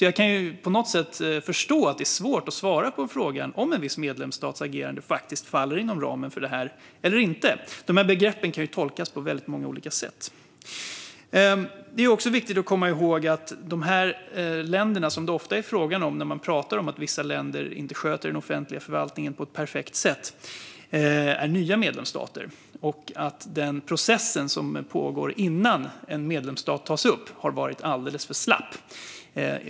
Jag kan på något sätt förstå att det är svårt att svara på frågan om en viss medlemsstats agerande faller inom ramen för detta eller inte. De här begreppen kan tolkas på väldigt många olika sätt. Det är också viktigt att komma ihåg att de länder som det ofta är frågan om när man talar om att vissa länder inte sköter den offentliga förvaltningen på ett perfekt sätt är nya medlemsstater. Den process som pågår innan en medlemsstat upptas har varit alldeles för slapp.